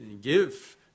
give